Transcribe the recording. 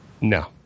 no